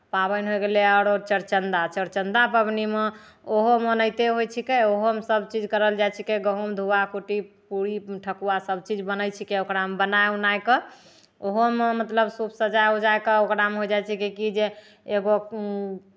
पाबनि होइ गेलै आरो चौरचन्दा चौरचन्दा पाबनिमे ओहोमे ओनहिते होइ छिकै ओहोमे सभचीज कयल जाइ छिकै गहुम धोआ कूटी पूड़ी ठकुआ सभचीज बनै छिकै ओकरा हम बनाइ उनाइ कऽ ओहोमे मतलब खूब सजा उजा कऽ ओकरामे हो जाइ छै कि की जे एगो